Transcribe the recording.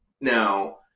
Now